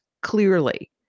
clearly